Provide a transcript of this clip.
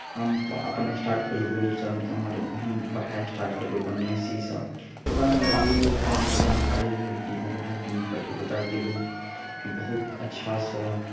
हम अपन स्टार्ट केलहुँ तऽ गुरुसँ हम पढ़ाइ स्टार्ट केलहुँ अपन महिँषीसँ तऽ ओतय हमर गुरुकेँ जानकारी भेल कि हमर गुरु बहुत नीक पढ़बै छै तऽ ओतय गेलहुँ कि बहुत अच्छासँ